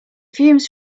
fumes